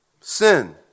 sin